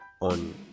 on